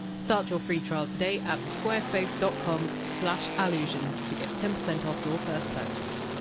start your free trial today, at squarespace dot com slash allusion to get ten percent off your first purchase